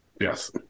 Yes